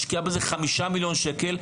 משקיעה בזה 5 מיליון שקל.